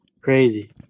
crazy